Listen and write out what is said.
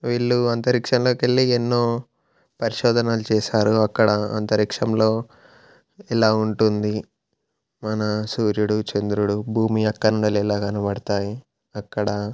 వీళ్ళు అంతరిక్షంలోకి వెళ్ళి ఎన్నో పరిశోధనలు చేసారు అక్కడ అంతరిక్షంలో ఇలా ఉంటుంది మన సూర్యుడు చంద్రుడు భూమి అక్కడ నుండి ఎలా కనపడతాయి అక్కడ